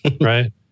Right